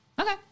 Okay